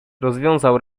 rozwiązał